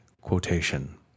quotation